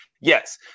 Yes